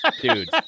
Dude